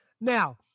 Now